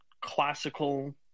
classical